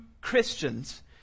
christians